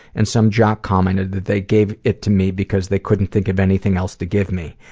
and some jock commented that they gave it to me because they couldn't think of anything else to give me.